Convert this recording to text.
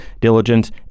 diligence